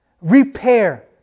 Repair